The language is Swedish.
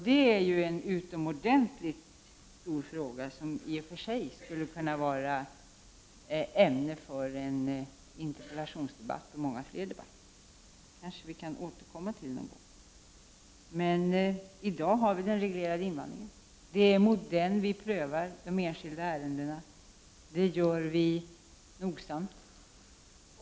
Det är ju en utomordentligt stor fråga som i och för sig skulle kunna vara ett ämne för en interpellationsdebatt och många fler debatter. Kanske vi kan återkomma till det. I dag har vi den reglerade invandringen, och det är inom ramen för den som vi prövar de enskilda ärendena. Det gör vi nogsamt.